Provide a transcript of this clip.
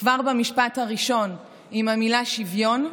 כבר במשפט הראשון עם המילה "שוויון",